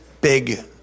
big